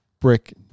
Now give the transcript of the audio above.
brick